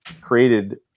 created